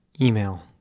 email